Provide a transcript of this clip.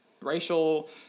racial